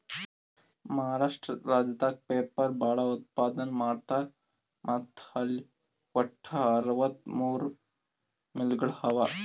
ಮಹಾರಾಷ್ಟ್ರ ರಾಜ್ಯದಾಗ್ ಪೇಪರ್ ಭಾಳ್ ಉತ್ಪಾದನ್ ಮಾಡ್ತರ್ ಮತ್ತ್ ಅಲ್ಲಿ ವಟ್ಟ್ ಅರವತ್ತಮೂರ್ ಮಿಲ್ಗೊಳ್ ಅವಾ